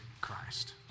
Christ